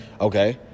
Okay